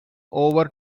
over